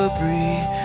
breathe